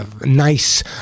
nice